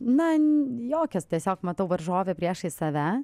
na jokios tiesiog matau varžovė priešais save